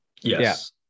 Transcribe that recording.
Yes